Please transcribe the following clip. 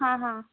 ہاں ہاں